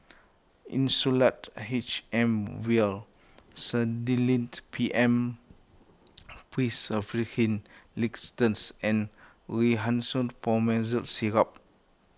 Insulatard H M Vial P M Linctus and Rhinathiol Promethazine Syrup